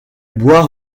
boire